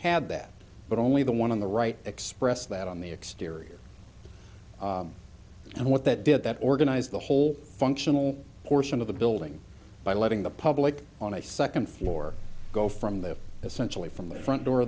had that but only the one on the right expressed that on the exterior and what that did that organized the whole functional portion of the building by letting the public on a second floor go from there essentially from the front door